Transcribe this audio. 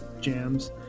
jams